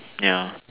ya